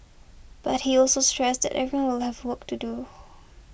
but he also stressed that every will have work to do